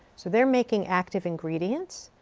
so they're making active ingredients.